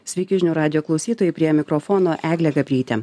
sveiki žinių radijo klausytojai prie mikrofono eglė gabrytė